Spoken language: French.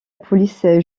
police